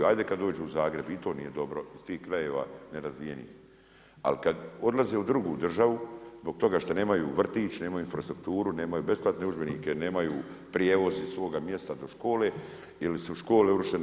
Ajde kad dođu Zagreb, i to nije dobro, iz tih krajeva nerazvijenih, ali kad odlaze u drugu državu zbog toga što nemaju vrtić, nemaju infrastrukturu, nemaju besplatne udžbenike, nemaju prijevoz iz svoga mjesta do škole ili su škole urušene.